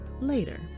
later